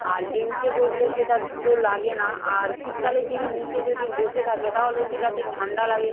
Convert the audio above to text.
আর বেঞ্চে বসলে সেটা ধুলো লাগে না আর শীতকালের দিনে নিচে যদি বসে থাকে তাহলে সেটাতে ঠান্ডা লাগে